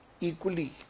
equally